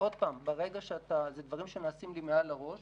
ועוד פעם, ברגע שאלו דברים שנעשים לי מעל הראש,